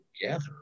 together